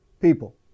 people